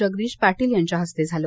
जगदीश पाटील यांच्या हस्ते झालं